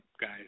guys